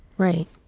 right.